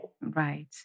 Right